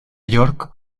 york